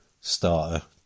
starter